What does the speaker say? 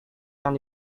yang